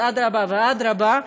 אז אדרבה ואדרבה,